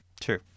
True